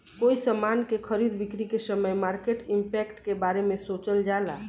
कोई समान के खरीद बिक्री के समय मार्केट इंपैक्ट के बारे सोचल जाला